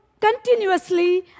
continuously